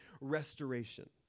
restoration